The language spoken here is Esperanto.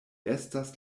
estas